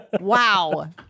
Wow